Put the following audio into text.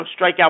strikeout